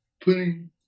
putting